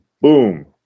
boom